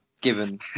given